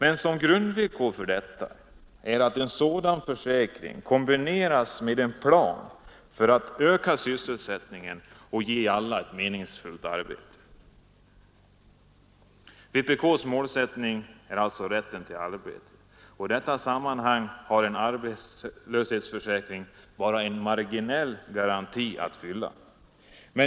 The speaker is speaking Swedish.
Ett grundvillkor för detta är emellertid att en sådan försäkring kombineras med en plan för att öka sysselsättningen och ge alla ett meningsfullt arbete. Vpks målsättning är alltså rätten till arbete. I detta sammanhang utgör en arbetslöshetsförsäkring bara en marginell garanti.